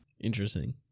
Interesting